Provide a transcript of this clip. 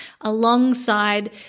alongside